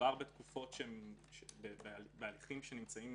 בהליכים שנמצאים